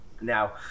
Now